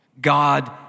God